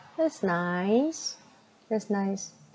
that's nice that's nice